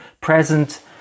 present